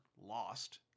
lost